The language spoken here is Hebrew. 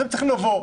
אתם צריכים לבוא,